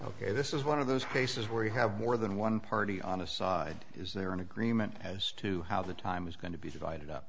ok this is one of those cases where you have more than one party on a side is there an agreement as to how the time is going to be divided up